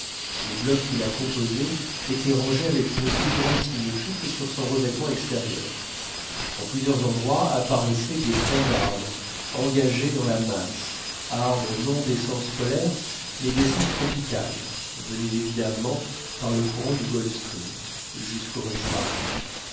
les blocs qui la composaient étaient rangés avec une plus grande symétrie que sur son revêtement extérieur en plusieurs endroits apparaissaient des troncs d'arbres engagés dans la masse arbres non d'essence polaire mais d'essence tropicale venus évidemment par le courant du gulf stream jusqu'aux régions arctiques